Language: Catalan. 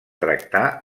tractar